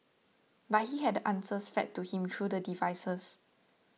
but he had the answers fed to him through the devices